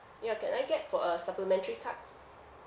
ya can I get for a supplementary cards